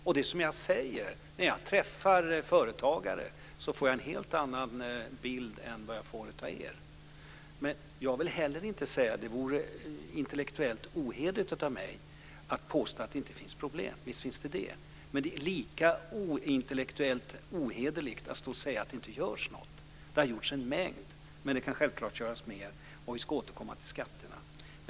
Det är som jag säger: När jag träffar företagare får jag en helt annan bild än vad jag får av er. Det vore intellektuellt ohederligt av mig att påstå att det inte finns problem: Visst finns det det. Men det är lika intellektuellt ohederligt att stå och säga att det inte görs något. Det har gjorts en mängd, men det kan självklart göras mer. Vi ska återkomma till skatterna.